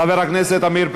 חבר הכנסת עמיר פרץ.